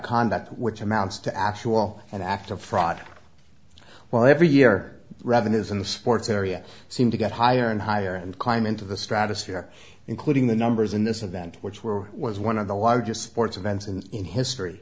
conduct which amounts to actual and after fraud well every year revenues in the sports area seem to get higher and higher and climb into the stratosphere including the numbers in this event which were was one of the largest sports events in in history